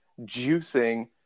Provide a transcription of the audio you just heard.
juicing